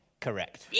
Correct